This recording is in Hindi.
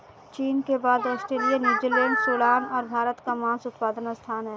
चीन के बाद ऑस्ट्रेलिया, न्यूजीलैंड, सूडान और भारत का मांस उत्पादन स्थान है